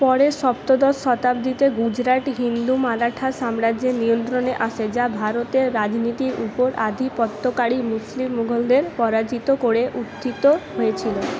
পরে সপ্তদশ শতাব্দীতে গুজরাট হিন্দু মারাঠা সাম্রাজ্যের নিয়ন্ত্রণে আসে যা ভারতের রাজনীতির উপর আধিপত্যকারী মুসলিম মুঘলদের পরাজিত করে উত্থিত হয়েছিলো